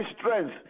strength